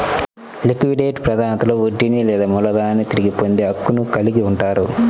liquidate ప్రాధాన్యతలో వడ్డీని లేదా మూలధనాన్ని తిరిగి పొందే హక్కును కలిగి ఉంటారు